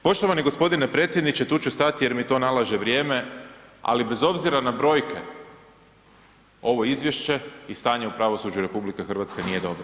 Poštovani g. predsjedniče, tu ću stati jer mi to nalaže vrijeme, ali bez obzira na brojke, ovo izvješće i stanju pravosuđa u RH nije dobro.